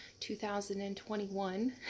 2021